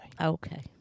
Okay